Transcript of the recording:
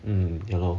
hmm ya lor